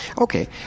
Okay